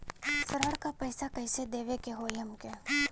ऋण का पैसा कइसे देवे के होई हमके?